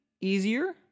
easier